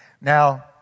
Now